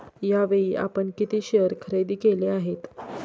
यावेळी आपण किती शेअर खरेदी केले आहेत?